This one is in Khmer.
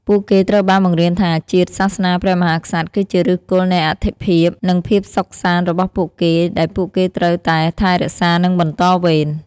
ពួកគេត្រូវបានបង្រៀនថា ជាតិ សាសនា ព្រះមហាក្សត្រ គឺជាឫសគល់នៃអត្ថិភាព និងភាពសុខសាន្តរបស់ពួកគេ ដែលពួកគេត្រូវតែថែរក្សា និងបន្តវេន។